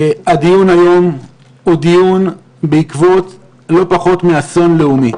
הדיון היום הוא דיון בעקבות לא פחות מאסון לאומי.